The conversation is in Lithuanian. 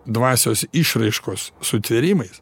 dvasios išraiškos sutvėrimais